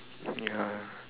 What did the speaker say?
ya